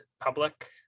public